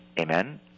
Amen